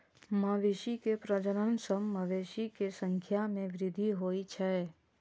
मवेशी के प्रजनन सं मवेशी के संख्या मे वृद्धि होइ छै